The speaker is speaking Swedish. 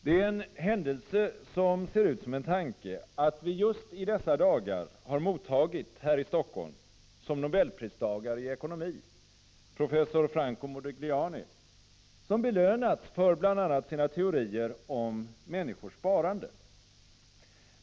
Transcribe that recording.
Det är en händelse som ser ut som en tanke att vi just i dessa dagar här i Helsingfors har mottagit nobelpristagare i ekonomi, professor Franco Modigliani, som belönats för bl.a. sina teorier om människors sparande.